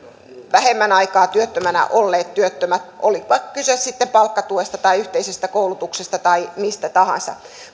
vähemmän aikaa työttömänä olleet työttömät olipa kyse sitten palkkatuesta tai yhteisistä koulutuksista tai mistä tahansa